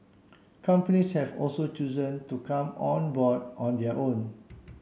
companies have also chosen to come on board on their own